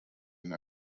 and